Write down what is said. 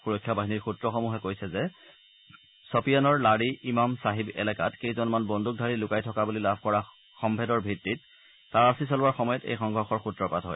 সুৰক্ষা বাহিনীৰ সুত্ৰসমূহে কৈছে যে ছপিয়ানৰ লাড়ি ইমাম চাহিব এলেকাত কেইজনমান বন্দুকধাৰী লুকাই থকা বুলি লাভ কৰা সম্ভেদৰ ভিডিত তালাচী চলোৱাৰ সময়ত এই সংঘৰ্ষৰ সূত্ৰপাত হয়